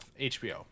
HBO